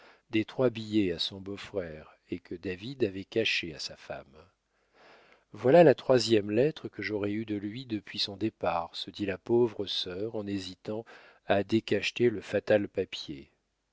des trois billets à son beau-frère et que david avait cachée à sa femme voilà la troisième lettre que j'aurai eue de lui depuis son départ se dit la pauvre sœur en hésitant à décacheter le fatal papier